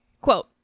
quote